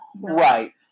Right